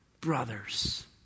brothers